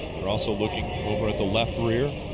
they're also looking over at the left rear.